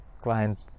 client